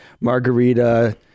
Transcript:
margarita